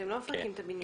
אתם לא מפרקים את הבניין.